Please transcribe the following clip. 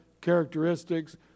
characteristics